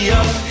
up